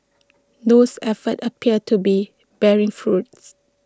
those efforts appear to be bearing fruits